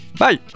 bye